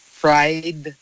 fried